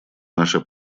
наша